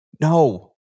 no